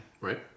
Right